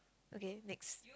okay next